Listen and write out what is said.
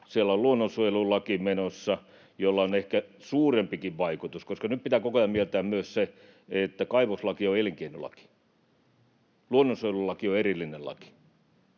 Siellä on luonnonsuojelulaki menossa, jolla on ehkä suurempikin vaikutus. Nyt pitää koko ajan mieltää myös se, että kaivoslaki on elinkeinolaki ja luonnonsuojelulaki on erillinen laki,